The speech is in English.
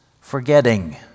forgetting